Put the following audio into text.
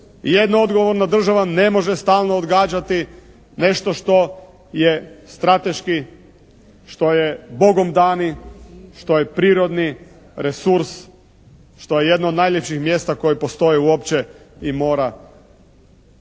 Jedna odgovorna država ne može stalno odgađati nešto što je strateški, što je Bogom dani, što je prirodni resurs, što je jedno od najljepših mjesta koje postoje uopće i mora.